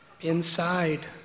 Inside